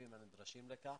התקציבים הנדרשים לכך.